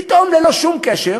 פתאום, ללא שום קשר,